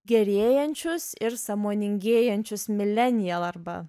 gerėjančius ir sąmoningėjančius millennial arba